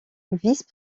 vice